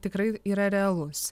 tikrai yra realus